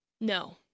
No